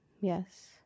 Yes